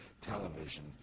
television